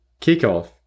Kickoff